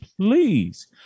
Please